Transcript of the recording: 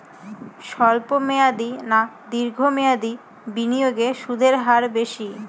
স্বল্প মেয়াদী না দীর্ঘ মেয়াদী বিনিয়োগে সুদের হার বেশী?